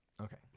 Okay